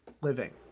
living